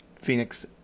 Phoenix